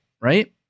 right